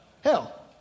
Hell